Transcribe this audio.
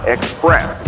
Express